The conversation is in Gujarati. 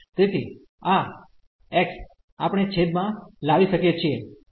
તેથી આ x આપણે છેદ માં લાવી શકીએ છીએ